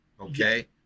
okay